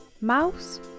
Mouse